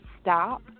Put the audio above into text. stop